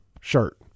shirt